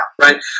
right